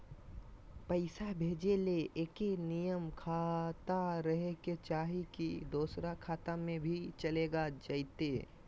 पैसा भेजे ले एके नियर खाता रहे के चाही की दोसर खाता में भी चलेगा जयते?